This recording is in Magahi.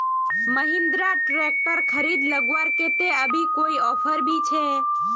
महिंद्रा ट्रैक्टर खरीद लगवार केते अभी कोई ऑफर भी छे?